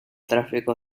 tráfico